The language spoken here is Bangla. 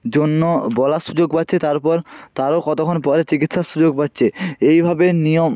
জন্য বলার সুযোগ পাচ্ছে তারপর তারও কতক্ষণ পরে চিকিৎসার সুযোগ পাচ্ছে এইভাবে নিয়ম